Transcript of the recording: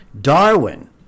Darwin